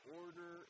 order